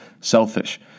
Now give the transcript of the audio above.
selfish